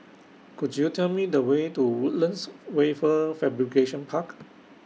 Could YOU Tell Me The Way to Woodlands Wafer Fabrication Park